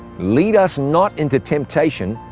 lead us not into temptation,